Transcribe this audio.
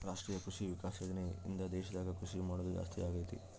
ರಾಷ್ಟ್ರೀಯ ಕೃಷಿ ವಿಕಾಸ ಯೋಜನೆ ಇಂದ ದೇಶದಾಗ ಕೃಷಿ ಮಾಡೋದು ಜಾಸ್ತಿ ಅಗೈತಿ